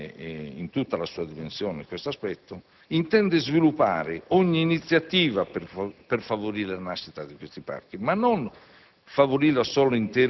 credo di interpretarne in tutta la sua dimensione questo aspetto - intende sviluppare ogni iniziativa per favorire la nascita di questi parchi, non